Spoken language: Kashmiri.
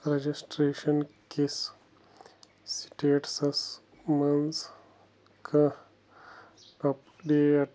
رَجَسٹریشَن کِس سِٹیٹسَس منٛز کانٛہہ اَپڈیٹ